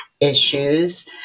issues